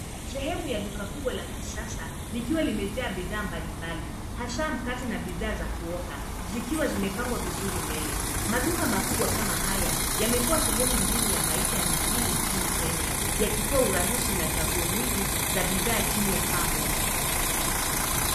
Sehemu ya duka kubwa la kisasa likiwa limejaa bidhaa mbalimbali hasa mkate na bidhaa za kuoka zikiwa zimepangwa vizuri mbele. Maduka makubwa kama haya yamekua sehemu ya muhimu ya maisha ya mijini nchini Kenya yakitoa urahisi wa na chaguo nyingi za bidhaa chini ya paa moja.